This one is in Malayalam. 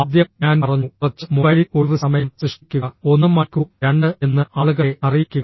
ആദ്യം ഞാൻ പറഞ്ഞു കുറച്ച് മൊബൈൽ ഒഴിവു സമയം സൃഷ്ടിക്കുക 1 മണിക്കൂർ 2 എന്ന് ആളുകളെ അറിയിക്കുക